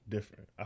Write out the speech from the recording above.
Different